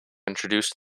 introduced